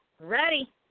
Ready